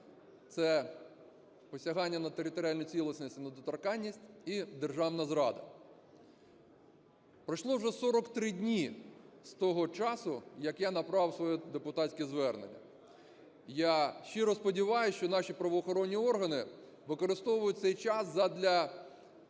це посягання на територіальну цілісність і недоторканність і державна зрада. Пройшло вже 43 дні з того часу, як я направив своє депутатське звернення. Я щиро сподіваюсь, що наші правоохоронні органи використовують цей час задля